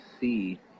see